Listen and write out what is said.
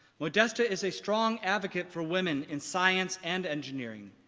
modesta is a strong advocate for women in science and engineering.